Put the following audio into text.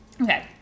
Okay